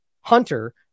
Hunter